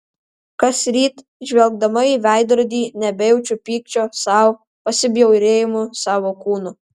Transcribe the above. kasryt žvelgdama į veidrodį nebejaučiu pykčio sau pasibjaurėjimo savo kūnu